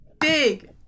Big